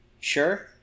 Sure